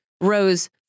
rose